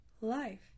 Life